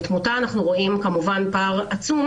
בתמותה אנחנו רואים פער עצום,